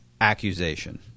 accusation